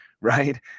right